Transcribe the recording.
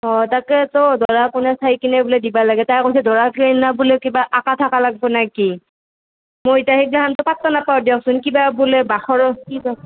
তাকে তো দৰা কইনা চাই কিনে বোলে দিবা লাগেই তাই কৈছে দৰা কইনা ক বোলে কিবা আকা থাকা লাগিব না কি মই ইতা সেগলা খান পাট্টা নাপাওঁ দকচোন কিবা বোলে বাখৰৰ কি বা